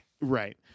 Right